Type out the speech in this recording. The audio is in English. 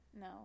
No